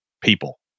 people